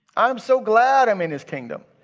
i'm so glad i'm in his kingdom.